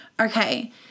Okay